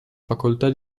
facoltà